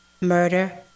murder